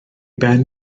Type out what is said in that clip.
ben